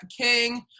King